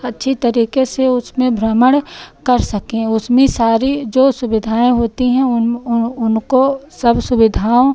अच्छी तरीके से उसमें भ्रमण कर सकें उसमें सारी जो सुविधाएं होती हैं उनको सब सुविधाओं